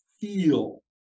feel